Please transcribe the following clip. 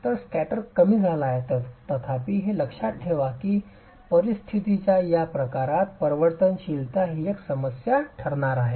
तर स्कॅटर कमी झाला आहे तथापि हे लक्षात ठेवा की परिस्थितीच्या या प्रकारात परिवर्तनशीलता ही एक समस्या ठरणार आहे